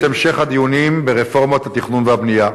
המשך הדיונים ברפורמות התכנון והבנייה.